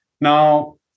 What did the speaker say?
now